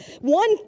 One